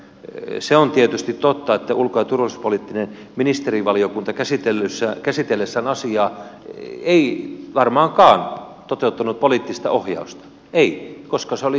se on tietysti totta että ulko ja turvallisuuspoliittinen ministerivaliokunta käsitellessään asiaa ei varmaankaan toteuttanut poliittista ohjausta ei koska se oli tehty jo aiemmin